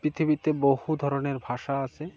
পৃথিবীতে বহু ধরনের ভাষা আছে